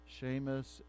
Seamus